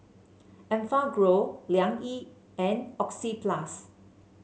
Enfagrow Liang Yi and Oxyplus